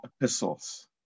epistles